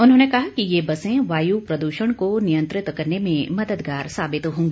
उन्होंने कहा कि ये बसें वायु प्रदूषण को नियंत्रित करने में मददगार साबित होंगी